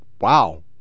wow